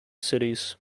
cities